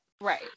Right